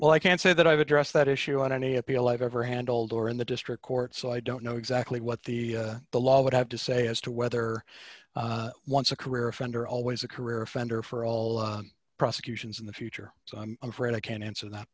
well i can't say that i've addressed that issue on any appeal i've ever handled or in the district court so i don't know exactly what the the law would have to say as to whether once a career offender always a career offender for all prosecutions in the future i'm afraid i can't answer that